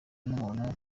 n’umuntu